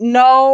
no